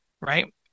Right